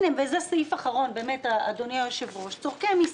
זה סעיף אחרון שאני שואלת עליו,